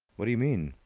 what do you mean?